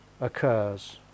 occurs